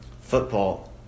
Football